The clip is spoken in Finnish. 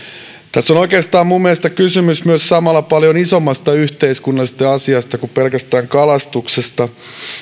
tässä on oikeastaan mielestäni samalla kysymys myös paljon isommasta yhteiskunnallisesta asiasta kuin pelkästään kalastuksesta